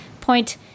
Point